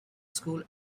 school